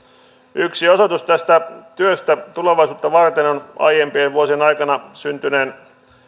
yksi osoitus tästä työstä tulevaisuutta varten on aiempien vuosien aikana syntyneen